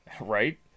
right